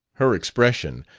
her expression,